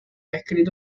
escrito